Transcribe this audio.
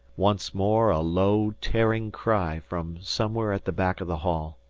once more a low, tearing cry from somewhere at the back of the hall.